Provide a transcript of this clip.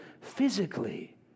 physically